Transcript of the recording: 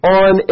on